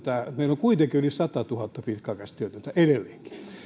on kuitenkin yli satatuhatta pitkäaikaistyötöntä edelleenkin